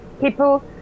People